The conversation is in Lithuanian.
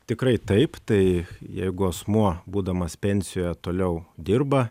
tikrai taip tai jeigu asmuo būdamas pensijoje toliau dirba